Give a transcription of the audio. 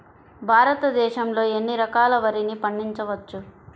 భారతదేశంలో ఎన్ని రకాల వరిని పండించవచ్చు